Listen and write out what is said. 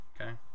Okay